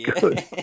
good